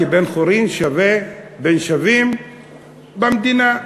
כבן-חורין, שווה בין שווים במדינה.